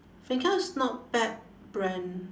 fancl is not bad brand